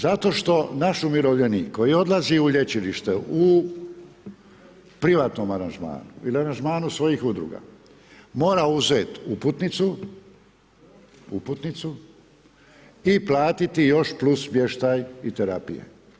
Zato što naši umirovljenik koji odlazi u lječilište, u privatnom aranžmanu ili aranžmanu svojih udruga, mora uzet uputnicu i platiti još plus smještaj i terapije.